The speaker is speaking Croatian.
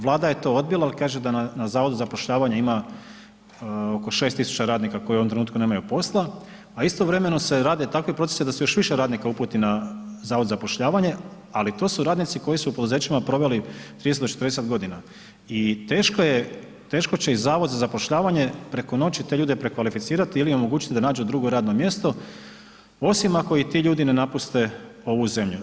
Vlada je to odbila, al kaže da na Zavodu za zapošljavanje ima oko 6000 radnika koji u ovom trenutku nemaju posla, a istovremeno se rade takvi procesi da se još više radnika uputi na Zavod za zapošljavanje, ali to su radnici koji su u poduzećima proveli 30 do 40.g. i teško će i Zavod za zapošljavanje preko noći te ljude prekvalificirati ili omogućiti da nađu drugo radno mjesto, osim ako i ti ljudi ne napuste ovu zemlju.